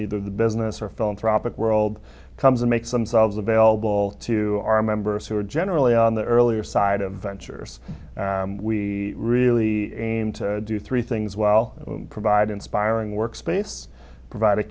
in the business or philanthropic world comes and makes them solve the bell ball to our members who are generally on the earlier side of ventures and we really aim to do three things well provide inspiring work space provide